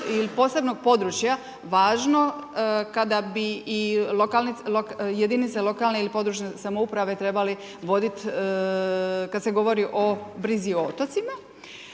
ili posebnog područja važno kada bi i jedinice lokalne ili područne samouprave trebali voditi kada se govori o brzi o otocima?